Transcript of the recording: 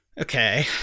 Okay